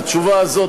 והתשובה הזאת,